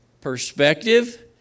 Perspective